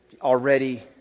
already